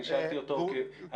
אני שאלתי אותו.